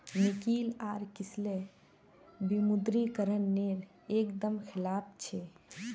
निकिल आर किसलय विमुद्रीकरण नेर एक दम खिलाफ छे